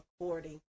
according